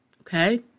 okay